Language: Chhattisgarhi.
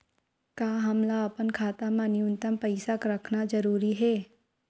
का हमला अपन खाता मा न्यूनतम पईसा रखना जरूरी हे?